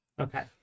Okay